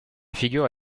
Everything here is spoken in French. figure